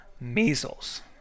measles